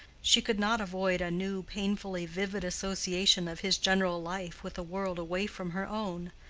she could not avoid a new painfully vivid association of his general life with a world away from her own,